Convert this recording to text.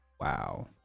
Wow